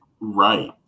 Right